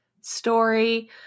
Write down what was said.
story